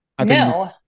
No